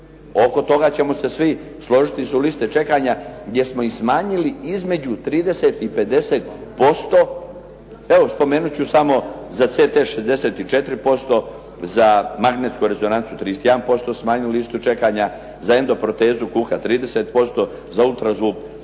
oko toga ćemo se svi složiti, su liste čekanja gdje smo smanjili između 30 i 50%. Evo spomenuti ću samo za CT 64%, za magnetsku rezonancu 31% smanjili listu čekanja, za endoprotezu kuka 30%, za ultrazvuk srca